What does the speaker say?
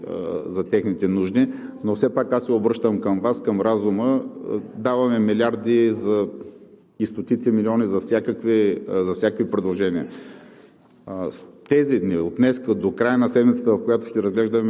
Явно толкова ги е еня за българския народ и за техните нужди. Но все пак аз се обръщам към Вас, към разума – даваме милиарди и стотици милиони за всякакви предложения.